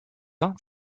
aunt